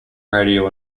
radio